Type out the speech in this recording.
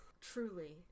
truly